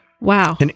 Wow